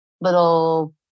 little